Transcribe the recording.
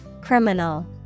Criminal